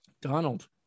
Donald